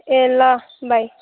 ए ल बाई